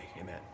Amen